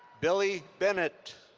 billy bennett.